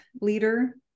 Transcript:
leader